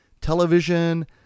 television